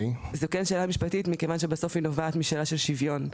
זו כן שאלה משפטית מכיוון שבסוף היא נובעת משאלה של שוויון.